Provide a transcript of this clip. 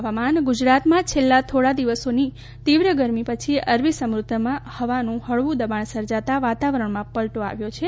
હવામાન low pressure ગુજરાતમાં છેલ્લા થોડા દિવસોની તીવ્ર ગરમી પછી અરબી સમુદ્રમાં હવાનું હળવું દબાણ સર્જાતા વાતાવરણમાં પલટો આવ્યો છે